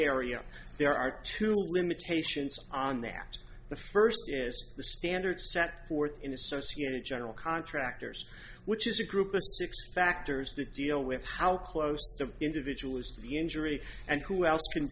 area there are two limitations on that the first is the standard set forth in associated general contractors which is a group of factors that deal with how close the individual is to the injury and who else can